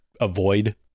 avoid